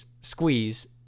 Squeeze